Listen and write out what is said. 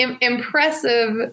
impressive